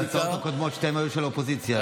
שתי ההצעות הקודמות היו של האופוזיציה,